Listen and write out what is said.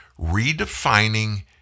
redefining